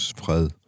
fred